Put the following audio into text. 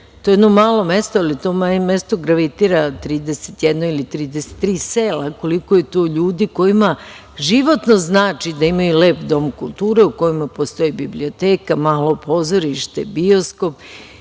To je jedno malo mesto, ali to malo mesto gravitira 31 ili 33 sela, koliko je tu ljudi kojima životno znači da imaju lep Dom kulture u kojima postoji biblioteka, malo pozorište, bioskop